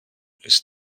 ist